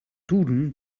duden